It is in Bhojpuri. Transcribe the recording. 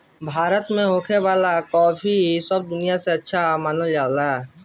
भारत में होखे वाला काफी सब दनिया से अच्छा मानल जाला